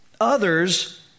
Others